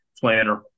planner